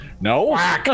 No